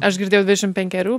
aš girdėjau dvidešimt penkerių